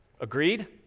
Agreed